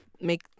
make